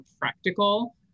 practical